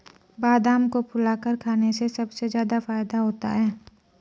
बादाम को फुलाकर खाने से सबसे ज्यादा फ़ायदा होता है